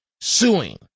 suing